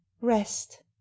rest